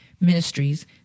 ministries